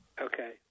Okay